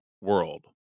world